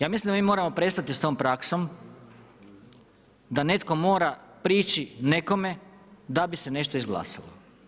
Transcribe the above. Ja mislim da mi moramo prestati sa tom praksom da netko mora prići nekome da bi se nešto izglasalo.